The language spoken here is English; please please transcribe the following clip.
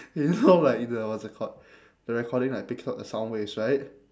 you know like the what's it called the recording like picks up the sound waves right